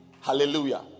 Hallelujah